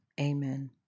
Amen